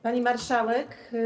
Pani Marszałek!